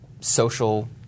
social